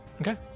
Okay